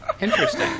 Interesting